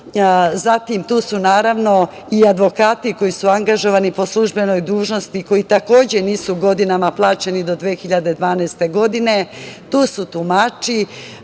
zatim tu su naravno i advokati koji su angažovani po službenoj dužnosti, koji takođe nisu godinama plaćani, do 2012. godine, tu su tumači,